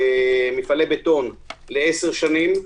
מפעלי בטון, ל-10 שנים.